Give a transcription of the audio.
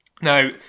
Now